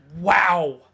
wow